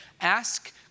Ask